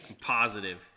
Positive